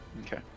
Okay